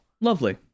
lovely